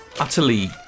utterly